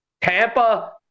Tampa